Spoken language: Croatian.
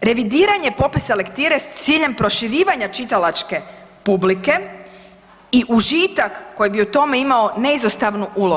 revidiranja popisa lektire s ciljem proširivanja čitalačke publike i užitak koji bi u tome imao neizostavnu ulogu.